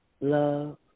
love